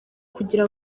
kugira